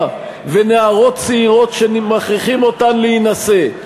ונערות צעירות שמכריחים אותן להינשא.